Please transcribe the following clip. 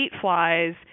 flies